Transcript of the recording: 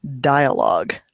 Dialogue